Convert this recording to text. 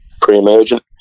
pre-emergent